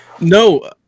No